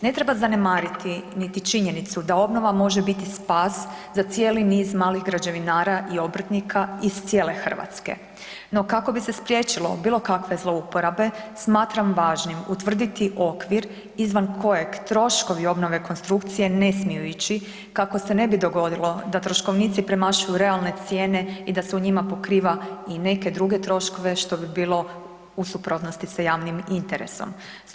Ne treba zanemariti niti činjenicu da obnova može biti spas za cijeli niz malih građevinara i obrtnika iz cijele Hrvatske, no kako bi se spriječilo bilo kakve zlouporabe, smatram važnim utvrditi okvir izvan kojeg troškovi obnove konstrukcije ne smiju ići, kako se ne bi dogodilo da troškovnici premašuju realne cijene i da se u njima pokriva i neke druge troškove što bi bilo u suprotnosti sa javnim interesom.